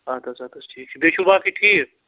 اَدٕ حظ اَدٕ حظ ٹھیٖک چھُ بیٚیہِ چھُو باقٕے ٹھیٖک